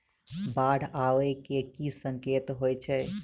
बाढ़ आबै केँ की संकेत होइ छै?